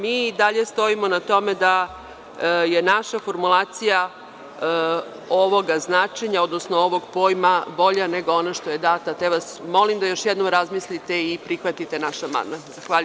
Mi i dalje stojimo na tome da je naša formulacija ovog značenja, odnosno ovog pojma bolja nego ono što je dato, te vas molim da još jednom razmislite i prihvatite naš amandman.